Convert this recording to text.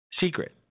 secret